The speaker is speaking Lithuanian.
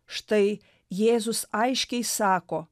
štai jėzus aiškiai sako